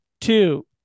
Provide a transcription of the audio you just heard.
two